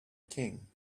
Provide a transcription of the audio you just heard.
king